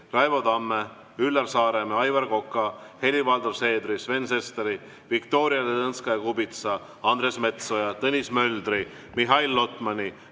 Raivo Tamme, Üllar Saaremäe, Aivar Koka, Helir-Valdor Seederi, Sven Sesteri, Viktoria Ladõnskaja-Kubitsa, Andres Metsoja, Tõnis Möldri, Mihhail Lotmani,